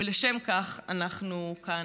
ולשם כך אנחנו כאן.